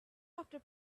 after